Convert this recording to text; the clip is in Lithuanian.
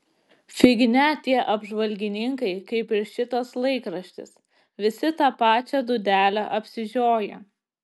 fignia tie apžvalgininkai kaip ir šitas laikraštis visi tą pačią dūdelę apsižioję